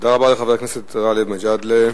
תודה רבה לחבר הכנסת גאלב מג'אדלה.